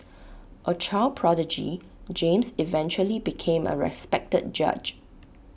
A child prodigy James eventually became A respected judge